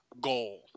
goal